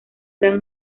gran